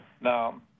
Now